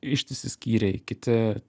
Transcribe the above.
ištisi skyriai kiti